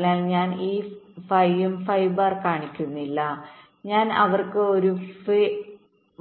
അതിനാൽ ഞാൻ ഈ ഫൈയും ഫൈ ബാർ കാണിക്കുന്നില്ല ഞാൻ അവർക്ക് ഒരു ഫി